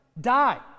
die